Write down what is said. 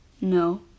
No